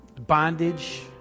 bondage